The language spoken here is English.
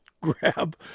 grab